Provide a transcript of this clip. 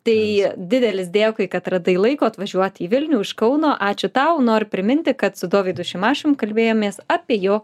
tai didelis dėkui kad radai laiko atvažiuot į vilnių iš kauno ačiū tau noriu priminti kad su dovydu šimašium kalbėjomės apie jo